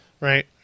Right